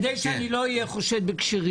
כדי שאני לא אהיה מי שחושד בכשרים,